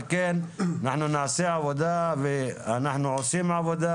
על כן אנחנו נעשה עבודה, ואנחנו עושים עבודה.